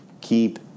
keep